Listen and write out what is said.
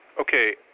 Okay